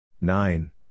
nine